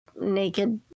naked